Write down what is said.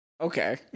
Okay